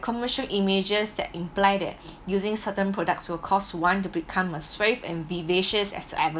commercial images that imply that using certain products will cause one to become as suave and vivacious as the